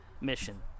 mission